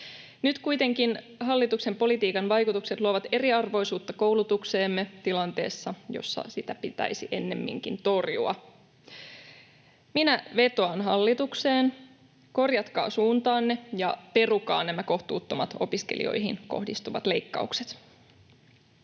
Nyt kuitenkin hallituksen politiikan vaikutukset luovat eriarvoisuutta koulutukseemme tilanteessa, jossa sitä pitäisi ennemminkin torjua. Minä vetoan hallitukseen: korjatkaa suuntaanne ja perukaa nämä kohtuuttomat opiskelijoihin kohdistuvat leikkaukset.